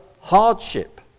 hardship